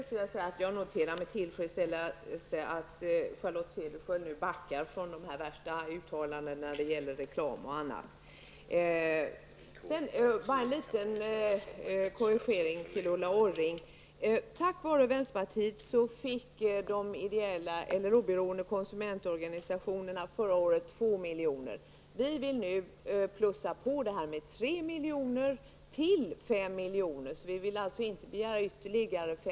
Herr talman! Jag noterar med tillfredsställelse att Charlotte Cederschiöld nu backar vad gäller hennes värsta uttalanden om t.ex. reklamen. Sedan bara en liten korrigering, Ulla Orring! Tack vare oss i vänsterpartiet fick de oberoende konsumentorganisationerna förra året 2 miljoner. Vi vill nu plussa på med 3 miljoner, så att det alltså blir 5 miljoner. Vi begär således inte ytterligare 5 miljoner.